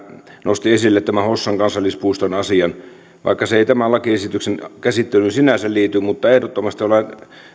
nosti esille tämän hossan kansallispuiston asian vaikka se ei tämän lakiesityksen käsittelyyn sinänsä liity niin ehdottomasti olen